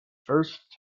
first